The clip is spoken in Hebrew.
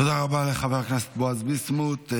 תודה רבה לחבר הכנסת בועז ביסמוט.